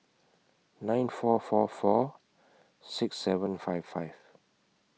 nine four four four six seven five five